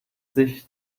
sich